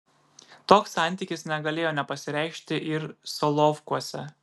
toks santykis negalėjo nepasireikšti ir solovkuose